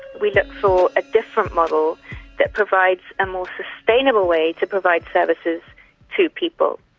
we look for a different model that provides a more sustainable way to provide services to people.